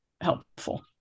helpful